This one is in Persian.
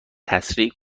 تسریع